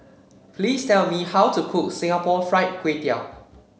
please tell me how to cook Singapore Fried Kway Tiao